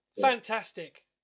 Fantastic